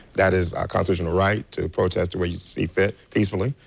that is our constitutional right to protest the way you see fit peacefully.